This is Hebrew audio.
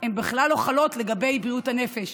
הן בכלל לא חלות לגבי בריאות הנפש,